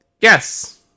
Yes